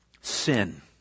sin